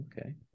Okay